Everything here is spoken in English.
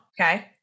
Okay